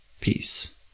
Peace